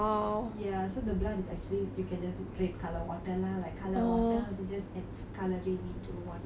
ya so the blood is actually you can just red colour water lah like coloured water then just add colouring into water